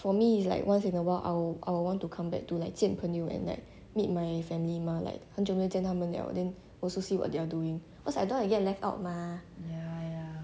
for me is like once in a while I'll I'll want to come back to like 见朋友 and like meet my family mah like 很久没见他们了 then also see what they are doing cause I don't wanna get left out mah